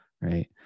right